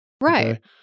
Right